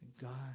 God